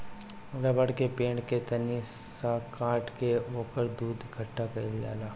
रबड़ के पेड़ के तनी सा काट के ओकर दूध इकट्ठा कइल जाला